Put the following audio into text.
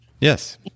Yes